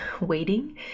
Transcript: waiting